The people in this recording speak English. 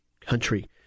country